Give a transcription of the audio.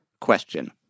question